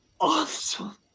awesome